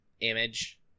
image